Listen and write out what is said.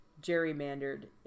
gerrymandered